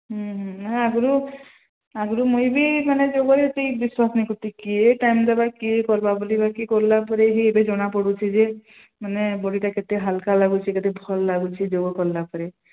ହୁଁ ହୁଁ ନା ଆଗରୁ ଆଗରୁ ମୁଁ ବି ମାନେ ଯୋଗରେ ଏ ସେଇ ବିଶ୍ୱାସ ନେଇ କରୁଛି କିଏ ଟାଇମ୍ ଦେବ କିଏ କରିବ ବୋଲି ବା କିଏ କଲା ପରେ ହିଁ ଏବେ ଜଣା ପଡ଼ୁଛିି ଯେ ମାନେ ବଡିଟା କେତେ ହାଲୁକା ଲାଗୁଛି କେତେ ଭଲ ଲାଗୁଛି ଯୋଗ କଲା ପରେ